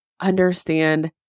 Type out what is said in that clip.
understand